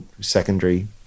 secondary